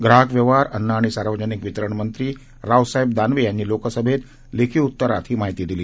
ग्राहक व्यवहार अन्न आणि सार्वजनिक वितरणमंत्री रावसाहेब दानवे यांनी लोकसभेत लेखी उत्तरात ही माहिती दिली